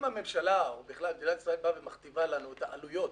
אם הממשלה או בכלל מדינת ישראל באה ומכתיבה לנו את העלויות,